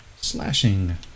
Slashing